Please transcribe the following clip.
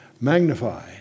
magnify